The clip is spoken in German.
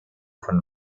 von